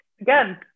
Again